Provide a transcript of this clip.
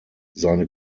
seine